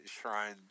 shrine